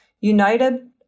United